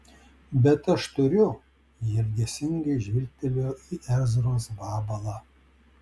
bet aš turiu ji ilgesingai žvilgtelėjo į ezros vabalą